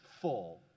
full